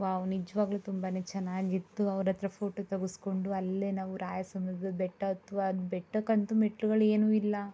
wow ನಿಜವಾಗ್ಲು ತುಂಬಾನೆ ಚೆನ್ನಾಗಿತ್ತು ಅವ್ರ ಹತ್ರ ಫೋಟೋ ತೆಗೆಸ್ಕೊಂಡು ಅಲ್ಲೇ ನಾವು ರಾಯಸಮುದ್ರದ ಬೆಟ್ಟ ಹತ್ವ ಬೆಟ್ಟಕ್ಕಂತು ಮೆಟ್ಲುಗಳು ಏನು ಇಲ್ಲ